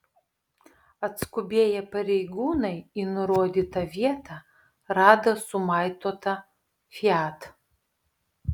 atskubėję pareigūnai į nurodytą vietą rado sumaitotą fiat